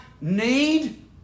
need